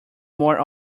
more